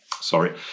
sorry